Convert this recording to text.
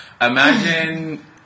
imagine